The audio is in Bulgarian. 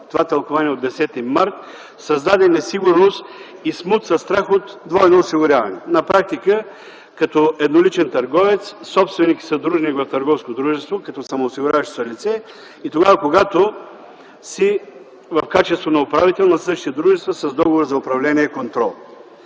от тълкуванието от 10 март, създаде несигурност и смут със страх от двойно осигуряване. На практика: като едноличен търговец, собственик и съдружник в търговско дружество като самоосигуряващо се лице и когато е в качеството и на управител на същото дружество с договор за управление и контрол.